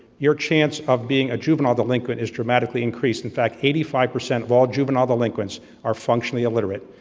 your chance of being a juvenile delinquent is dramatically increased, in fact eighty five percent of all juvenile delinquents are functionally illiterate,